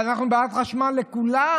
אבל אנחנו בעד חשמל לכולם,